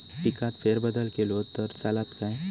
पिकात फेरबदल केलो तर चालत काय?